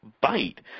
bite